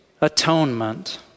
atonement